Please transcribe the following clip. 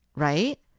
Right